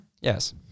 Yes